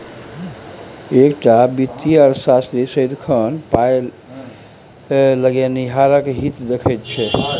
एकटा वित्तीय अर्थशास्त्री सदिखन पाय लगेनिहारक हित देखैत छै